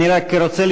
אני רק רוצה,